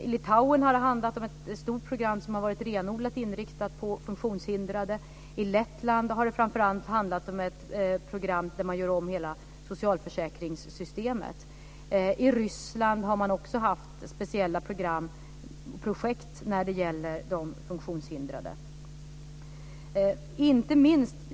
I Litauen har det handlat om ett stort program som har varit renodlat inriktat på funktionshindrade. I Lettland har det framför allt handlat om ett program där man gör om hela socialförsäkringssystemet. I Ryssland har man också haft speciella projekt när det gäller de funktionshindrade.